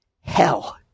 hell